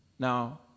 Now